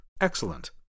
Excellent